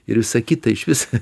ir įsakyta išvis